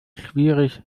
schwierig